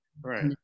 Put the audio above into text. Right